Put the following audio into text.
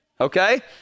okay